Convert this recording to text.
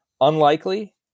unlikely